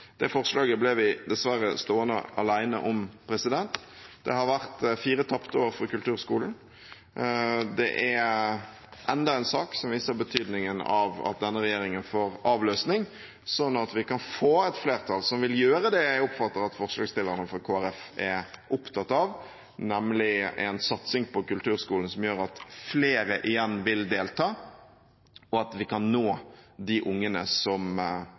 Det forslaget ble vi dessverre stående alene om. Det har vært fire tapte år for kulturskolen. Det er enda en sak som viser betydningen av at denne regjeringen får avløsning, slik at vi kan få et flertall som vil gjøre det jeg oppfatter at forslagsstillerne fra Kristelig Folkeparti er opptatt av, nemlig en satsing på kulturskolen som gjør at flere igjen vil delta, og at vi kan nå de ungene som